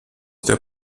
der